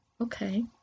okay